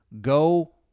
go